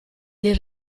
dei